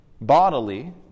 bodily